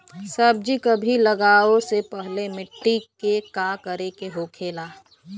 सब्जी कभी लगाओ से पहले मिट्टी के का करे के होखे ला?